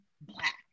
Black